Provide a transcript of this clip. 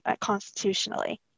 constitutionally